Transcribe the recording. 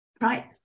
right